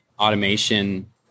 Automation